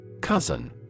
Cousin